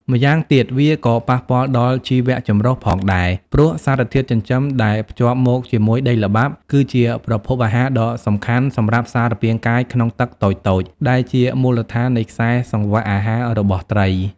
ម្យ៉ាងទៀត វាក៏ប៉ះពាល់ដល់ជីវចម្រុះផងដែរ ព្រោះសារធាតុចិញ្ចឹមដែលភ្ជាប់មកជាមួយដីល្បាប់គឺជាប្រភពអាហារដ៏សំខាន់សម្រាប់សារពាង្គកាយក្នុងទឹកតូចៗ ដែលជាមូលដ្ឋាននៃខ្សែសង្វាក់អាហាររបស់ត្រី។